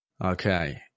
Okay